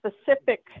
specific